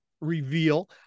reveal